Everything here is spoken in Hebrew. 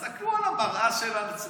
תסתכלו על המראה של עצמכם.